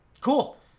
Cool